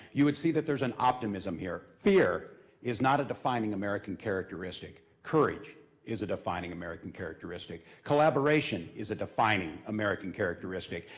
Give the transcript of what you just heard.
you would see that there's an optimism here. fear is not a defining american characteristic. courage is a defining american characteristic. collaboration is a defining american characteristic.